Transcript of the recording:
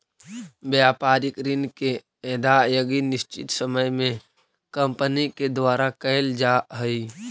व्यापारिक ऋण के अदायगी निश्चित समय में कंपनी के द्वारा कैल जा हई